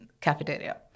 cafeteria